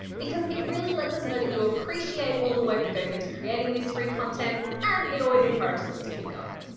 because it really lets us know that you appreciate all the work that goes into creating this free content and it always encourages us to keep going.